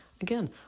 again